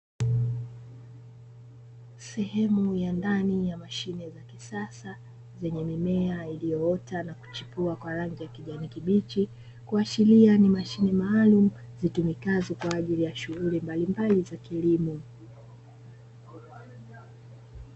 Sehemu ya ndani ya mashine za kisasa zenye mimea iliyoota na kuchipua kwa rangi ya kijani kibichi, ikiashiria ni mashine maalumu, zitumikazo kwa ajili ya shughuli mbalimbali za kilimo.